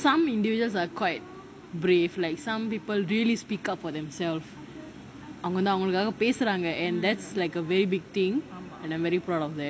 some individuals are quite brave like some people really speak up for themselves அவங்க வந்து அவங்களுக்காக பேசுறாங்க:avanga vanthu avangalukaaga pesuraanga and that's like a very big thing and I am very proud of that